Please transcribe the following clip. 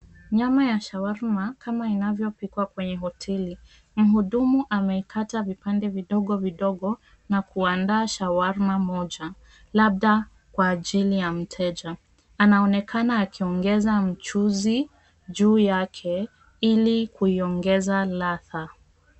Nyama ya shawarma kama inavyopikwa kwenye hoteli. Mhudumu ameikata vipande vidogo vidogo na kuandaa shawarma moja labda kwa ajili ya mteja. Anaonekana akiongeza mchuzi juu yake ili kuiongeza ladha.